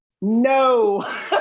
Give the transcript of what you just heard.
No